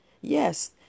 Yes